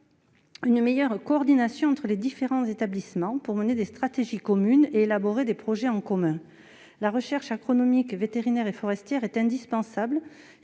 une meilleure coordination entre les différents établissements, pour qu'ils mènent des stratégies communes et élaborent des projets en commun. La recherche agronomique, vétérinaire et forestière est indispensable,